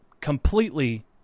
completely